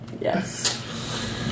Yes